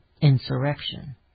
Insurrection